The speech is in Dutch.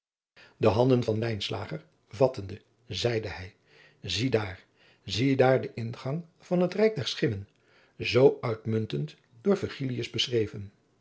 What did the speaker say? de handen van lijnslager vattende zeide hij zie daar zie daar den ingang van het rijk der schimmen zoo uitmuntend door virgilius beschreven